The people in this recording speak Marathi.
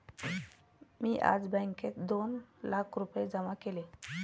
मी आज बँकेत दोन लाख रुपये जमा केले